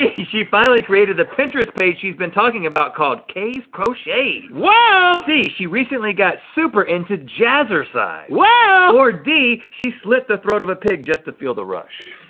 she finally created the pinterest page she's been talking about, called kaye's crochets. whoa! c she recently got super into jazzercise. whoa! or d she slit the throat of a pig just to feel the rush.